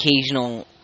occasional